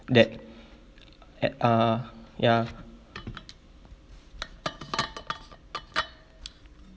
that at uh ya